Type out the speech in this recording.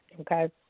Okay